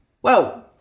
whoa